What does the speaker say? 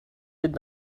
did